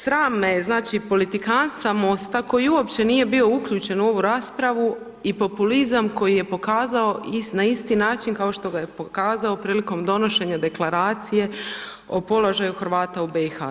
Sram me je, znači, politikanstva MOST-a koji uopće nije bio uključen u ovu raspravu i populizam koji je pokazao na isti način kao što ga je pokazao prilikom donošenja Deklaracije o položaju Hrvata u BiH.